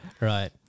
right